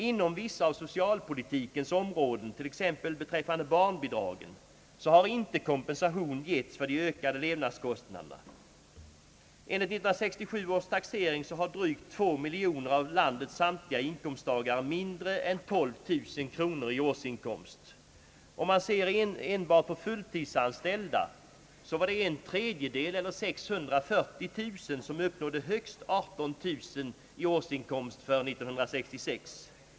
Inom vissa av socialpolitikens områden, t.ex. beträffande barnbidragen, har inte kompensation getts för de öka de levnadsomkostnaderna. Enligt 1967 års taxering har drygt 2 miljoner av landets samtliga inkomsttagare mindre än 12 000 kronor i årsinkomst. Om man ser enbart på fulltidsanställda så var det en tredjedel, eller 640 000, som uppnådde högst 18000 i löneinkomst för 1966.